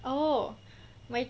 oh my